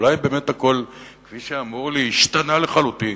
אולי באמת הכול, כפי שאמרו לי, השתנה לחלוטין.